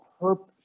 purpose